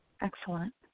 Excellent